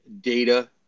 data